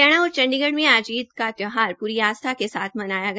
हरियाणा और चंडीगढ़ में आज ईद का त्योहार पुरी आस्था के साथ मनाया गया